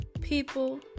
people